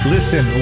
Listen